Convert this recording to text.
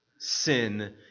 Sin